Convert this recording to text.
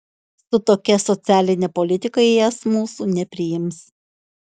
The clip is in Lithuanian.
su tokia socialine politika į es mūsų nepriims